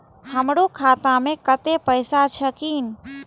हमरो खाता में कतेक पैसा छकीन?